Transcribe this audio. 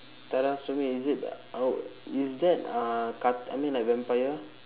tara sue me is it oh is that uh ca~ I mean like vampire